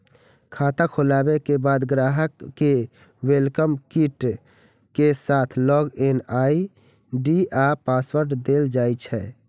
खाता खोलाबे के बाद ग्राहक कें वेलकम किट के साथ लॉग इन आई.डी आ पासवर्ड देल जाइ छै